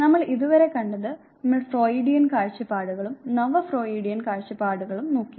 നമ്മൾ ഇതുവരെ കണ്ടത് നമ്മൾ ഫ്രോയിഡിയൻ കാഴ്ചപ്പാടുകളും നവ ഫ്രോയിഡിയൻ കാഴ്ചപ്പാടുകളും നോക്കി